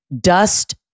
dust